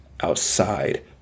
outside